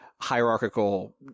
hierarchical